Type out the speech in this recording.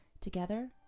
Together